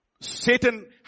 Satan